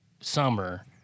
summer